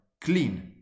clean